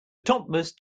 topmost